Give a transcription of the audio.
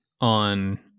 on